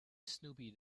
snoopy